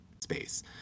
space